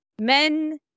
men